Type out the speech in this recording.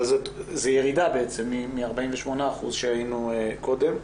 אבל זו ירידה מ-48% שהיינו קודם.